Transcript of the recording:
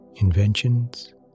inventions